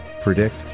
predict